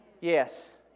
Yes